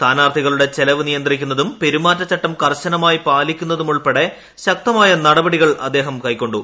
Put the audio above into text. സ്ഥാനാർത്ഥികളുടെ ചെലവ് നിയന്ത്രിക്കുന്നതും പെരുമാറ്റച്ചട്ടം കർശനമായി പാലിക്കുന്നതും ഉൾപ്പെടെ ശക്ത നടപടികൾ കൈക്കൊണ്ടു